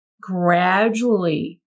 gradually